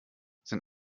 sind